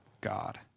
God